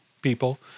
people